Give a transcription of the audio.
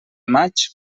maig